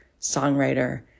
songwriter